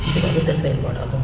இது வகுத்தல் செயல்பாடாகும்